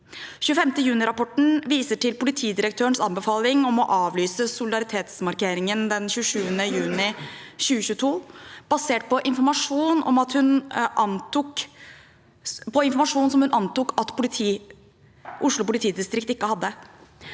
25. juni-rapporten viser til politidirektørens anbefaling om å avlyse solidaritetsmarkeringen den 27. juni 2022, basert på informasjon hun antok at Oslo politidistrikt ikke hadde.